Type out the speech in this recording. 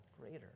greater